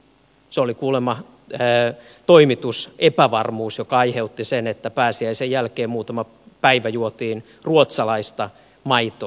se oli kuulemma toimitusepävarmuus mikä aiheutti sen että pääsiäisen jälkeen muutama päivä juotiin ruotsalaista maitoa